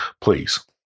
please